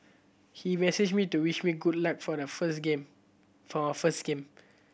he messaged me to wish me good luck for the first game for first game